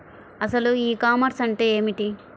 అసలు e commerce అంటే ఏమిటి?